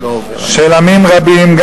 של עמים רבים.